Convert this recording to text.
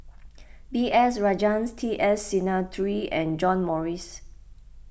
B S Rajhans T S Sinnathuray and John Morrice